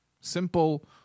simple